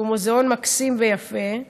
שהוא מוזיאון מקסים ויפה,